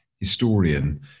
historian